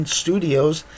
studios